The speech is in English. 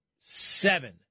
Seven